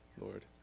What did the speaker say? Lord